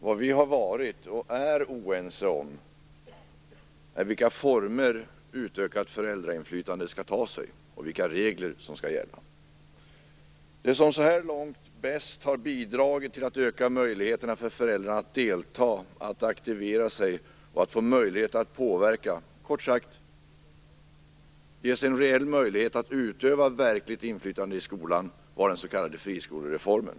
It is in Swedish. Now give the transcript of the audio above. Vad vi har varit, och fortfarande är, oense om är vilka former ett utökat föräldrainflytande skall ta sig och vilka regler som skall gälla. Det som så här långt bäst har bidragit till att öka möjligheterna för föräldrar att delta och att aktivera sig och få möjlighet att påverka - kort uttryckt handlar det om en reell möjlighet att utöva ett verkligt inflytande i skolan - är den s.k. friskolereformen.